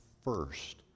first